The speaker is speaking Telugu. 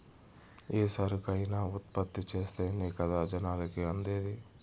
ఏ సరుకైనా ఉత్పత్తి చేస్తేనే కదా జనాలకి అందేది